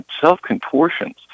self-contortions